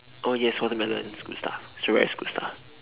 oh yes watermelon is good stuff strawberry is good stuff